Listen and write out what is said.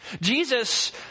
Jesus